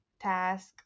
task